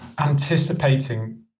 anticipating